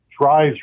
drives